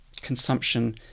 consumption